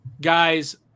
Guys